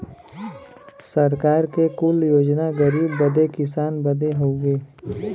सरकार के कुल योजना गरीब बदे किसान बदे हउवे